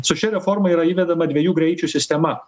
su šia reforma yra įvedama dviejų greičių sistema